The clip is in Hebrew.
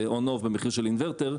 "on/off במחיר של אינוורטר".